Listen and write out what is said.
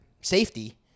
safety